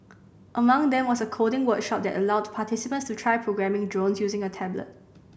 among them was a coding workshop that allowed participants to try programming drones using a tablet